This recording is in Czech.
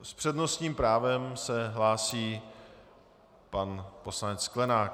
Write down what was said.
S přednostním právem se hlásí pan poslanec Sklenák.